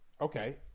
okay